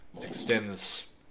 extends